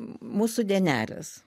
mūsų dienelės